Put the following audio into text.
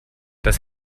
das